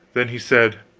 then he said